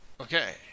okay